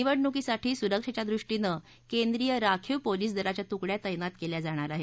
निवडणुकीसाठी सुरक्षेच्या दृष्टीनं केंद्रीय राखीव पोलीस दलाच्या तुकड्या त्राति केल्या जाणार आहेत